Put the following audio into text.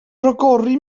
rhagori